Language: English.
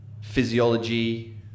physiology